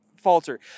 falter